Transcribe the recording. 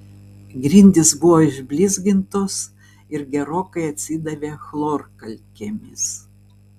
grindys buvo išblizgintos ir gerokai atsidavė chlorkalkėmis